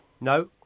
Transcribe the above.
No